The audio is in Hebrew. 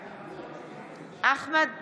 בעד אחמד טיבי,